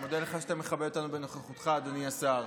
אני מודה לך שאתה מכבד אותנו בנוכחותך, אדוני השר.